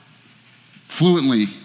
fluently